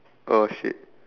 oh shit